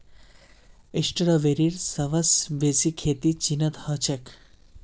स्ट्रॉबेरीर सबस बेसी खेती चीनत ह छेक